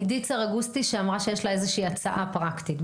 עדית סרגוסטי שאמרה שיש לה איזושהי הצעה פרקטית.